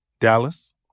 Dallas